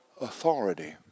authority